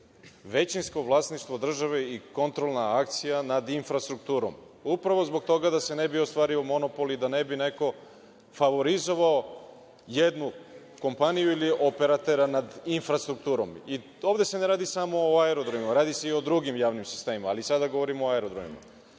većinsko vlasništvo države i kontrolna akcija nad infrastrukturom, a upravo zbog toga da se ne bi ostvario monopol i da ne bi neko favorizovao jednu kompaniju ili operatera nad infrastrukturom. Ovde se ne radi samo o aerodromima, nego i o drugim javnim sistemima, ali sada govorimo o aerodromima.